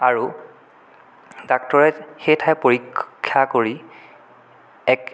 আৰু ডাক্তৰে সেই ঠাই পৰীক্ষা কৰি এক